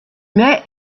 mai